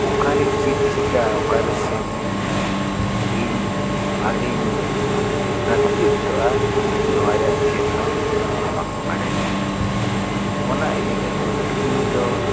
ᱚᱠᱟᱨᱮ ᱪᱮᱫ ᱪᱤᱠᱟᱹᱜᱼᱟ ᱚᱠᱟᱨᱮ ᱥᱮᱱ ᱞᱮᱱᱠᱷᱟᱱ ᱤᱧ ᱟᱹᱰᱤᱧ ᱱᱚᱛᱷᱤᱵᱷᱩᱠᱛᱚᱜᱼᱟ ᱤᱧ ᱱᱚᱶᱟ ᱨᱮᱭᱟᱜ ᱪᱮᱫ ᱦᱚᱸ ᱵᱟᱝ ᱵᱟᱰᱟᱭ ᱠᱟᱜᱼᱟ ᱚᱱᱟ ᱤᱫᱤ ᱠᱟᱛᱮ ᱤᱧᱫᱚ